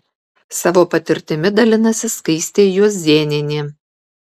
savo patirtimi dalinasi skaistė juozėnienė